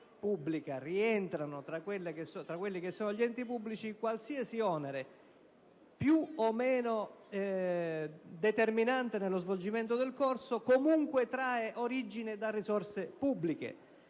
rientrano tra gli enti pubblici, qualsiasi onere, più o meno determinante nello svolgimento del corso, comunque trae origine da risorse pubbliche.